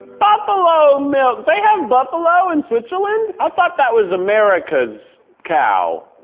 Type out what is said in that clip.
buffalo milk! they have buffalo in switzerland? i thought that was america's cow.